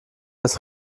das